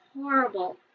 horrible